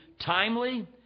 timely